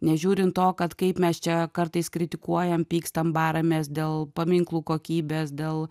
nežiūrint to kad kaip mes čia kartais kritikuojam pykstam baramės dėl paminklų kokybės dėl